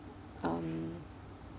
um